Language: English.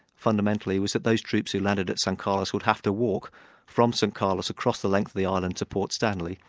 fundamentally, was that those troops who landed at san carlos would have to walk from san carlos across the length of the island to port stanley,